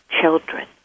children